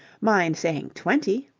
mind saying twenty.